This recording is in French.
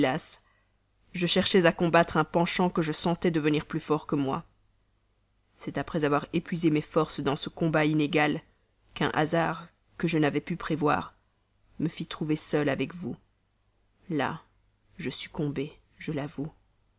je cherchais à combattre un penchant que je sentais devenir plus forte que moi c'est après avoir épuisé mes forces dans ce combat trop inégal qu'un hasard que je n'avais pu prévoir me fit trouver seul avec vous là je succombai je l'avoue